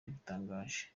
yabitangaje